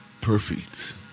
perfect